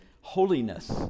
holiness